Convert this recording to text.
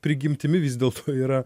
prigimtimi vis dėlto yra